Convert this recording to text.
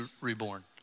reborn